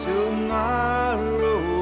Tomorrow